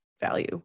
value